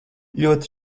ļoti